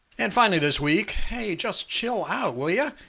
and finally this week, hey, just chill out will yeah